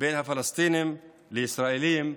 בין הפלסטינים לישראלים,